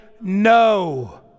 no